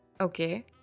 Okay